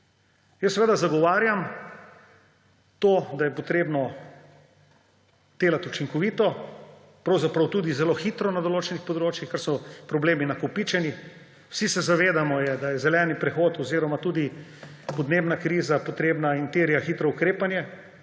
Jaz seveda zagovarjam to, da je potrebno delati učinkovito, pravzaprav tudi zelo hitro na določenih področjih, ker so problemi nakopičeni. Vsi se zavedamo, da je zeleni prehod oziroma tudi podnebna kriza potrebna hitrega ukrepanja